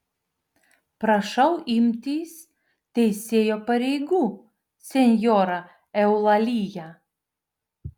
prašau imtis teisėjo pareigų senjora eulalija